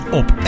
op